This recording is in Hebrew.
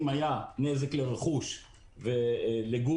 אם היה נזק לרכוש ולגוף,